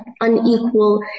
unequal